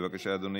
בבקשה, אדוני.